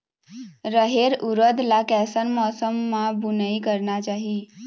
रहेर उरद ला कैसन मौसम मा बुनई करना चाही?